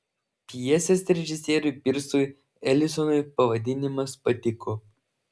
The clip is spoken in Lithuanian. pjesės režisieriui pirsui elisonui pavadinimas patiko